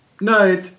no